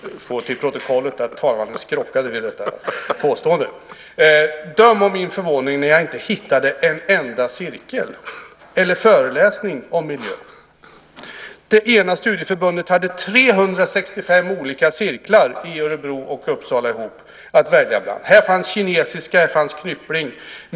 Men döm om min förvåning när jag inte hittade en enda cirkel eller föreläsning om miljön! Det ena studieförbundet hade 365 olika cirklar i Örebro och Uppsala ihop att välja bland. Där fanns kinesiska, och där fanns knyppling.